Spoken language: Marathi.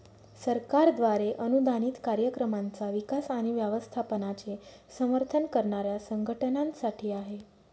सरकारद्वारे अनुदानित कार्यक्रमांचा विकास आणि व्यवस्थापनाचे समर्थन करणाऱ्या संघटनांसाठी आहे